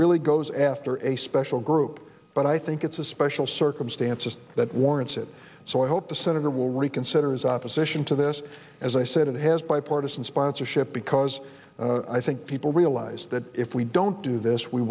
really goes after a special group but i think it's a special circumstances that warrants it so i hope the senator will reconsider his opposition to this as i said it has bipartisan sponsorship because i think people realize that if we don't do this we